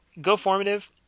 GoFormative